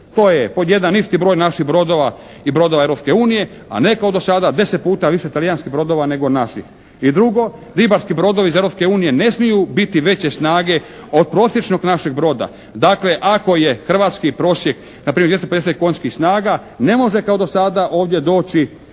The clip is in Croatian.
To je pod jedan, isti broj naših brodova i brodova Europske unije a ne kao do sada, 10 puta više talijanskih brodova nego naših. I drugo, ribarski brodovi iz Europske unije ne smiju biti veće snage od prosječnog našeg broda. Dakle, ako je hrvatski prosjek npr. 250 konjskih snaga, ne može kao do sada ovdje doći